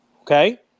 Okay